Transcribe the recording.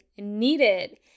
needed